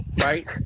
right